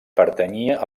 pertanyia